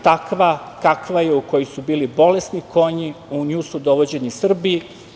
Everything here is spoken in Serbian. Takva kakva je, u kojoj su bili bolesni konji, u nju su dovođeni Srbi.